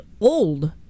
old